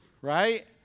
Right